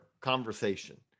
conversation